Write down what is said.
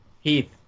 heath